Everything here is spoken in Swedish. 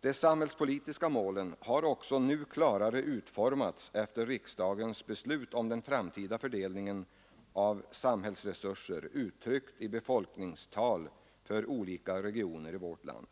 De samhällspolitiska målen har också nu klarare utformats efter riksdagens beslut om den framtida fördelningen av samhällsresurser, uttryckt i befolkningstal för olika regioner i vårt land.